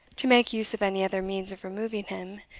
to make use of any other means of removing him,